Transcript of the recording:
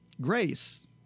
Grace